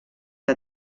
que